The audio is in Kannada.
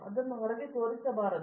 ಅದನ್ನು ಹೊರಗೆ ತೋರಿಸಬಾರದು